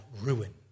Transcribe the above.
ruined